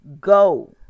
Go